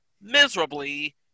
miserably